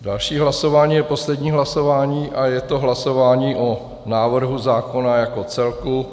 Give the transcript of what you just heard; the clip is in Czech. Další hlasování je poslední hlasování a je to hlasování o návrhu zákona jako celku.